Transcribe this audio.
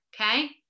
Okay